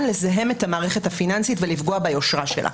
לזהם את המערכת הפיננסית ולפגוע ביושרה שלה.